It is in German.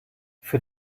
für